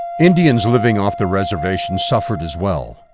indians living off the reservation suffered as well.